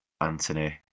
Anthony